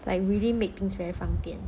like really make things very 方便